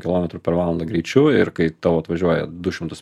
kilometrų per valandą greičiu ir kai tau atvažiuoja du šimtus